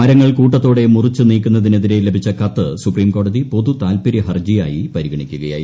മരങ്ങൾ കൂട്ടത്തോടെ മുറിച്ചു നീക്കുന്നതിനെതിരെ ലഭിച്ച കത്ത് ്യൂപ്രീംകോടതി പൊതുതാൽപ്പര്യ ഹർജിയായി പരിഗണിക്കുകയായിരുന്നു